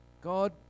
God